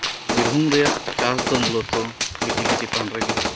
ᱵᱤᱨᱵᱷᱩᱢ ᱨᱮᱱᱟᱜ ᱪᱟᱥ ᱫᱚ ᱢᱩᱞᱚᱛᱚ ᱵᱤᱡᱽᱞᱤ ᱪᱮᱛᱟᱱ ᱨᱮᱜᱤ